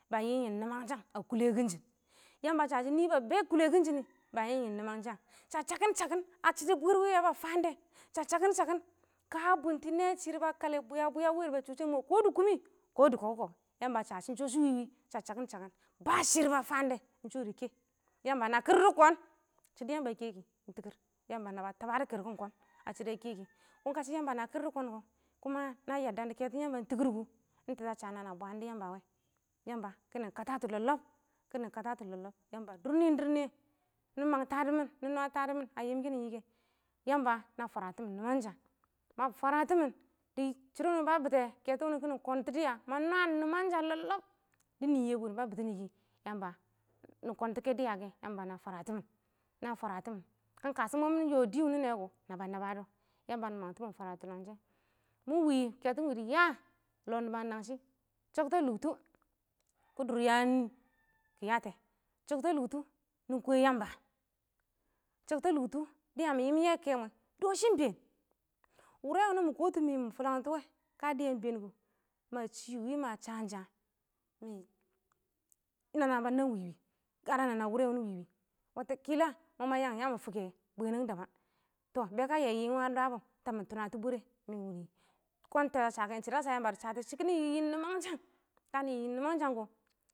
Ba yɪ yɪm yɪlanshang kulekun shɪn, yamba a sha shɪ nɪ ba be kulekun shɪnɪ ba yɪm yɪm nɪmanshang sha shakɪn shakɪn a shɪdɔ bwɪɪr wɪ ya ba faan dɛ sha shakɪn shakɪn ka bʊndɪ nɛ shɪrr ba kale bwɪya bwɪya wɪ ɪng da ba mɔ kɛ, kɔ dɪ kʊmɪ kɔdɪ kɔkɔ, yamba a sha shɪ ɪng shɔ shɪ wɪ wɪ. Sha shakɪ shakɪn ba shɪrr ba faan dɛ ɪn shɔ dɪ kɛ, yamba na kɪrdɔ kɔɔn shɪdɔ yamba a kɛkɪ ɪng tɪkɪr, yamba naba tabado kɪrkɪn kɔn a shɪdɔ a kɛ kɪ, kɔn kashɪ yamba na kirdɔ kɔn kɔ kuma nayadda dɪ kɛtɔn yamba ɪng tɪkɪr kʊ, ɪng tɛshɔ a sha na nɪ bwaandɔ yamba wɛ. Yamba kɪnɪ katatɔ lɔb-lɔb kɪnɪ katatɔ lɔb-lɔb yamba dʊr nɪɪn dɪrr nɪyɛ nɪ mang tadʊmɪn nɪ nwa tadʊmɪn a yɪm kɪnɪ yɪm kɛ, yamba na fwara tɪmɪn nɪmangshang na fwaratin dɪ shɪdɔ wɪnɪ ba bɪtɛ, kɛtɔ wɪnɪ kɪnɪ kwnɛntɔ dɪya ma nwam nɪmansha lɔb lɔb dɪ nɪ ɪng yɛbʊ wɪnɪ ba bɪtɪ nɪ kɪ, yamba nɪ kwentɔ kɛ diya kɛ, yamba na fwaratɪmɪn, na fwaratɪmɪn, ka ɪng kashɔ ɪng mɔ mɪ yɔ dɪ wɪnɪ nɛ kɔ naba nabad yamba nɪ mangtɪmɪn fwara tʊlanshɪn mɪ wɪ kɛtɔ ɪng wɪ dɪ ya lɔ nɪba nangshɪ shangta lʊktʊ kɪ dʊr yam kɪ yatɛ, shakta lʊktʊ nɪ kwɛ yamba shakta lʊktʊ dɪ ya mɪ yɪɪm yɛ kɛmwɛ dɔshɪ ɪng been wʊrɛ wɪnɪ mɪ kɔtu mɪ fʊlangtɔ wɛ ka dɪya ɪng been kʊ ma shɪ wɪ ma sham sham mɪ nana ba nab ɪng wɪ wɪ kara nana wʊrɛ wʊnɪ wɔ ba nab ɪng wɪ wɪ watakila mɔ ma yagɪn ya mɪ fʊkɛ bwɛnɛng daban toh bɛka yɛ yɪɪm wɛ, a dabɔ tam mɪ bwere mɪ kɔn tɛshɔ a sha kɛ, shɪdɔ a sha yamba shɪ kɪ nɪ yɪ yɪm nɪmanshang ka nɪ yɪ yɪm nɪmangshang kɔ.